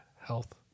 health